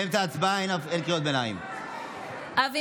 אין קריאות ביניים באמצע הצבעה.